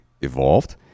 evolved